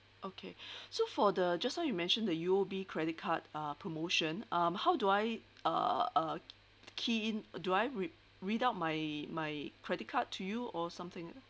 okay so for the just now you mentioned the U_O_B credit card uh promotion um how do I uh uh key in do I re~ read out my my credit card to you or something